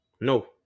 no